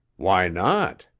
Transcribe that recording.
why not?